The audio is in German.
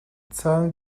zahlen